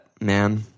man